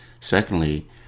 Secondly